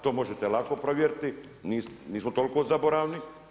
To možete lako provjeriti, nismo toliko zaboravni.